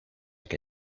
que